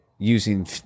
using